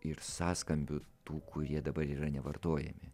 ir sąskambių tų kurie dabar yra nevartojami